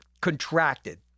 contracted